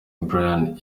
brian